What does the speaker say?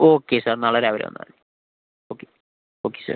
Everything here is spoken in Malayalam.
ഓക്കെ സാര് നാളെ രാവിലെ വന്നാൽ മതി ഓക്കെ ഓക്കെ സാര്